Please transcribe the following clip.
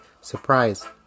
Surprise